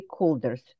stakeholders